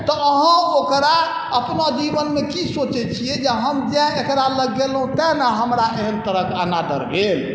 तऽ अहाँ ओकरा अपना जीवनमे की सोचै छिए जे हम जेँ एकरालग गेलहुँ तेँ ने हमरा एहन तरहके अनादर भेल